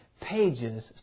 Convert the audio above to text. pages